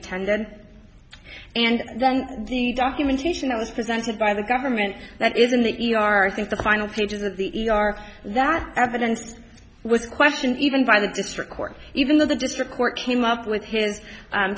attended and then the documentation that was presented by the government that is in the e r think the final page of the e r that evidence was question even by the district court even though the district court came up with hi